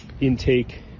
Intake